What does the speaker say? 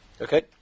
Okay